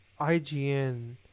IGN